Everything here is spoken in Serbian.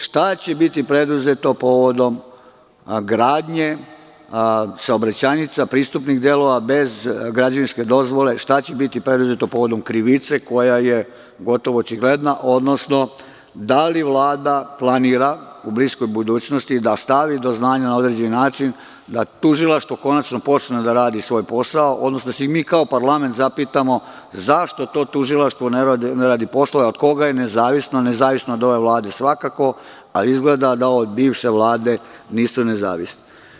Šta će biti preduzeto povodom gradnje saobraćajnica, pristupnih delova bez građevinske dozvole, šta će biti preduzeto povodom krivice koja je, gotovo očigledna, odnosno da li Vlada planira u bliskoj budućnosti da stavi do znanja na određeni način, da tužilaštvo konačno počne da radi svoj posao, odnosno da se mi kao parlament zapitamo zašto to tužilaštvo ne radi poslove, od koga je nezavisno, nezavisno od ove Vlade svakako, a izgleda da od bivše Vlade ništa ne zavisi?